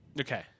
Okay